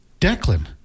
Declan